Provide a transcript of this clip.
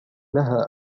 لها